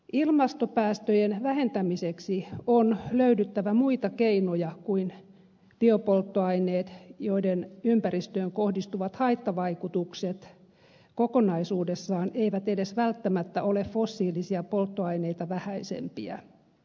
ilmastopäästöjen vähentämiseksi on löydettävä muita keinoja kuin biopolttoaineet joiden ympäristöön kohdistuvat haittavaikutukset kokonaisuudessaan eivät edes välttämättä ole fossiilisia polttoaineita vähäisempiä